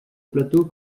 plateau